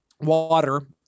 water